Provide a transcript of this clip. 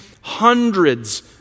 hundreds